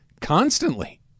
constantly